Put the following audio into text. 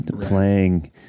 playing